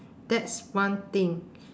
that's one thing